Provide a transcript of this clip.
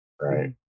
right